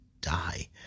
die